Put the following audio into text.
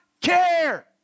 care